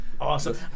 Awesome